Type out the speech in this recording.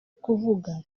kuvuga